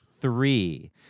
Three